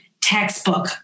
textbook